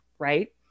right